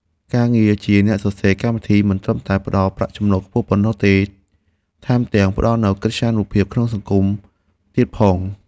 ការងារជាអ្នកសរសេរកម្មវិធីមិនត្រឹមតែផ្ដល់ប្រាក់ចំណូលខ្ពស់ប៉ុណ្ណោះទេថែមទាំងផ្ដល់នូវកិត្យានុភាពក្នុងសង្គមទៀតផង។